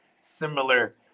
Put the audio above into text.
similar